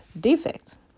defects